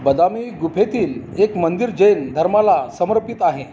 बदामी गुफेतील एक मंदिर जैन धर्माला समर्पित आहे